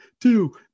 two